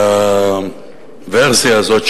שהוורסיה כזאת,